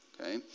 Okay